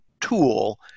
tool